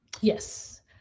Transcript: Yes